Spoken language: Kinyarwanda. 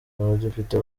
abadepite